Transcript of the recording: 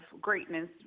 greatness